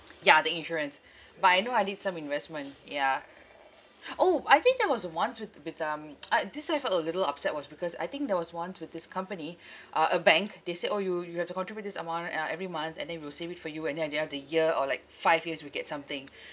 ya the insurance but I know I did some investment ya oh I think there was once with with um ah this [one] I felt a little upset was because I think there was once with this company uh a bank they say orh you you have to contribute this amount uh every month and then we will save it for you and then at the end of the year or like five years you get something